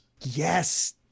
yes